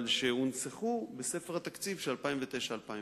אבל שהונצחו בספר התקציב של 2009 ו-2010.